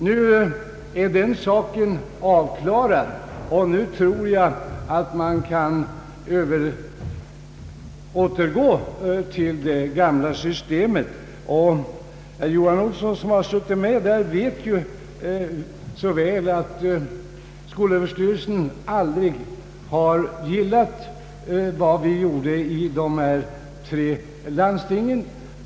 Nu är den saken avklarad, och nu tror jag att man kan återgå till det gamla systemet. Herr Johan Olsson, som har varit med vid landstingsbehandlingen av detta ärende, vet så väl att skolöverstyrelsen aldrig har gillat vad vi gjorde i dessa tre landsting.